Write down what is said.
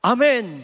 Amen